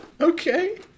Okay